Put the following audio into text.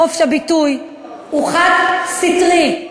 חופש הביטוי הוא חד-סטרי.